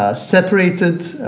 ah separated